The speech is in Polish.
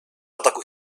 ataku